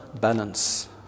balance